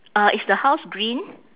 uh is the house green